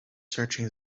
searching